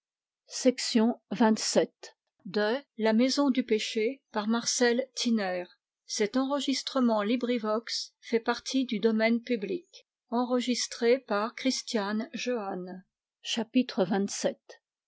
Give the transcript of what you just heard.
à la maison du